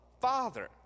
Father